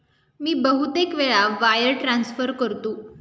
मी बहुतेक वेळा wire transfer करतो